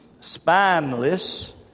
spineless